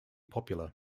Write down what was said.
popular